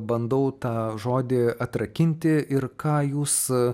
bandau tą žodį atrakinti ir ką jūs